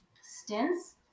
stints